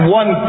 one